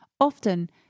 Often